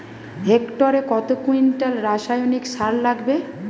হেক্টরে কত কুইন্টাল রাসায়নিক সার লাগবে?